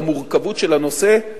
המורכבות של הנושא,